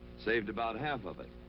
saved about half of it.